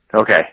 Okay